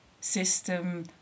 system